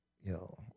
Yo